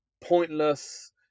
pointless